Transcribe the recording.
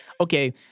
okay